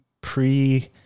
pre